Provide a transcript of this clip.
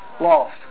lost